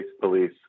police